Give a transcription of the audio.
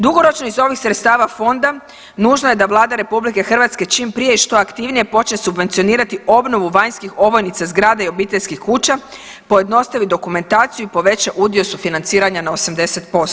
Dugoročno iz ovih sredstava fonda nužno je da Vlada Republike Hrvatske čim prije i što aktivnije počne subvencionirati obnovu vanjskih ovojnica zgrade i obiteljskih kuća pojednostavi dokumentaciju i poveća udio sufinanciranja na 80%